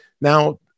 now